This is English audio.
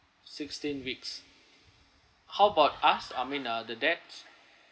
sixteen weeks how about us I mean uh the dads